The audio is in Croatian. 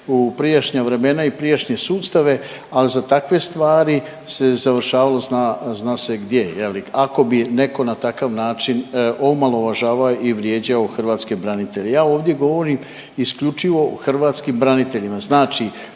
prijašnja vremena i prijašnje sustave ali za takve stvari se završavalo zna, zna se gdje je li ako bi neko na takav način omalovažavao i vrijeđao hrvatske branitelje. Ja ovdje govorim isključivo o hrvatskim braniteljima. Znači